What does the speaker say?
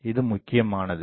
இது முக்கியமானது